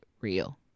real